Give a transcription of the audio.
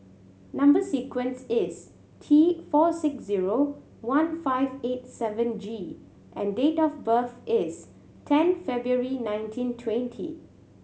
number sequence is T four six zero one five eight seven G and date of birth is ten February nineteen twenty